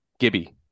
Gibby